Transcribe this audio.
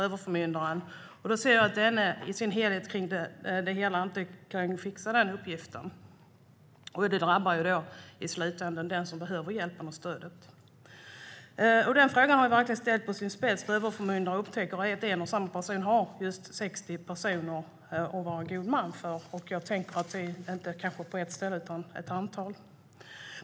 Denne ser inte helheten och fixar inte den uppgiften, vilket i slutändan drabbar den som behöver hjälp och stöd. Denna fråga ställs verkligen på sin spets när överförmyndaren upptäcker att en och samma person har 60 personer att vara god man för. Jag tänker att det kanske inte bara är på ett ställe det är så utan på ett antal ställen.